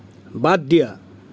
বাদ দিয়া